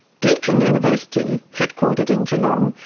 deakin university, headquartered in geelong,